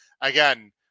Again